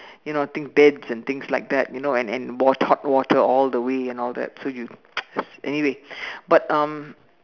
you know I think beds and things like that you know and and hot water all the way and all that so you anyway but um